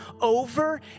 over